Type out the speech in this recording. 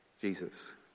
Jesus